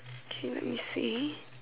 can wait me see